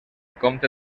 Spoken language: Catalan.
compte